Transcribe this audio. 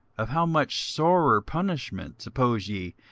of how much sorer punishment, suppose ye,